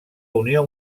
unió